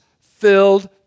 filled